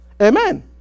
Amen